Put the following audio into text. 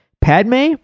Padme